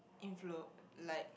influ~ like